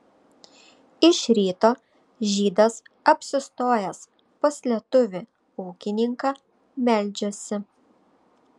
iš ryto žydas apsistojęs pas lietuvį ūkininką meldžiasi